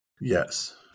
Yes